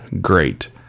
great